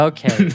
Okay